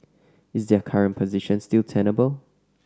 is their current position still tenable